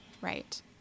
Right